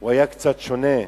היו קצת שונים.